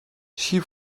she